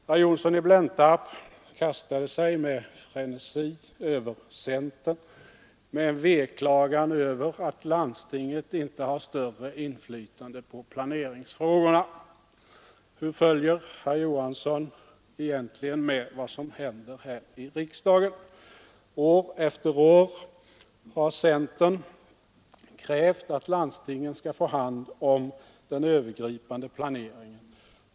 Herr Johnsson i Blentarp kastade sig med frenesi över centern med en veklagan över att landstinget inte har större inflytande på planeringsfrågorna. Hur följer herr Johnsson egentligen med vad som händer här i riksdagen? År efter år har centern krävt att landstingen skall få hand om den övergripande planeringen.